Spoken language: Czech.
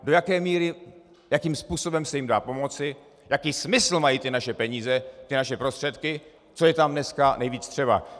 Do jaké míry, jakým způsobem se jim dá pomoci, jaký smysl mají ty naše peníze, ty naše prostředky, co je tam dneska nejvíc třeba.